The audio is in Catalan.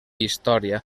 història